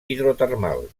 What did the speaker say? hidrotermal